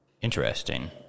Interesting